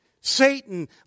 Satan